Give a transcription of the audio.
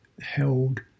held